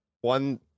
one